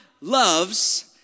loves